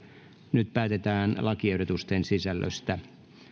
nyt päätetään lakiehdotusten sisällöstä